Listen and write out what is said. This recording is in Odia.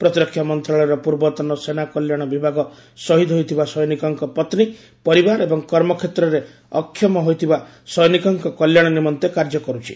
ପ୍ରତିରକ୍ଷା ମନ୍ତ୍ରଶାଳୟର ପୂର୍ବତନ ସେନା କଲ୍ୟାଶ ବିଭାଗ ସହୀଦ ହୋଇଥିବା ସୈନିକଙ୍କ ପତ୍ନୀ ପରିବାର ଏବଂ କର୍ମକ୍ଷେତ୍ରରେ ଅକ୍ଷମ ହୋଇଥିବା ସୈନିକଙ୍କ କଲ୍ୟାଶ ନିମନ୍ତେ କାର୍ୟ୍ୟ କରୁଛି